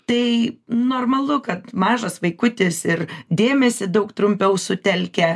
tai normalu kad mažas vaikutis ir dėmesį daug trumpiau sutelkia